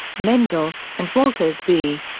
menzel, and walters v.